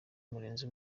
murenzi